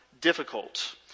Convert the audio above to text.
difficult